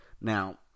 Now